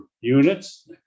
units